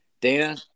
Dana